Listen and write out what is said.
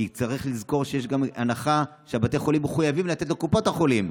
כי צריך לזכור שיש גם הנחה שבתי החולים מחויבים לתת לקופות החולים,